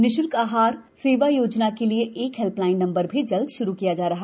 निश्ल्क स्वस्थ आहार सेवा योजना के लिए एक हेल्प लाइन नंबर भी जल्दी श्रू किया जा रहा